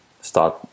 start